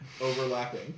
overlapping